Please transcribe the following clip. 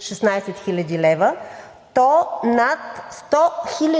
16 хил. лв., то над 100 хил.